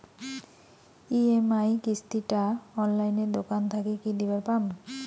EMI কিস্তি টা অনলাইনে দোকান থাকি কি দিবার পাম?